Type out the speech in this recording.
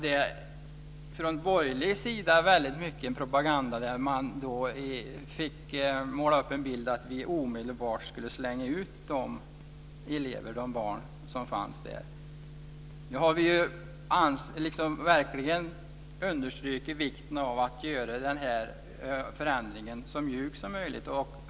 Det var ju väldigt mycket en propaganda från borgerlig sida där man målade upp en bild av att vi omedelbart skulle slänga ut de elever som fanns där. Nu har vi verkligen understrukit vikten av att göra den här förändringen så mjuk som möjligt.